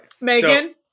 Megan